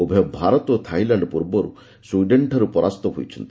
ଉଭୟ ଭାରତ ଓ ଥାଇଲାଣ୍ଡ ପୂର୍ବରୁ ସ୍ୱିଡେନ୍ଠାରୁ ପରାସ୍ତ ହୋଇଛନ୍ତି